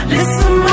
Listen